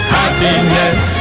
happiness